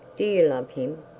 do you love him,